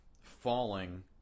falling